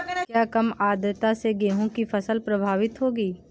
क्या कम आर्द्रता से गेहूँ की फसल प्रभावित होगी?